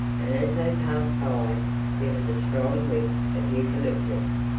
and as they passed by there was a strong whiff of eucalyptus.